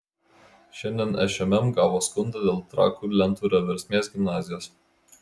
šiandien šmm gavo skundą dėl trakų lentvario versmės gimnazijos